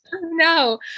no